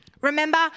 Remember